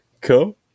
Cool